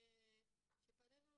כשפנינו